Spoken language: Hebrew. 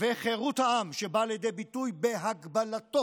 וחירות העם, שבאה לידי ביטוי בהגבלתו